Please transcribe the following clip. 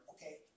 Okay